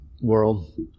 world